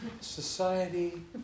Society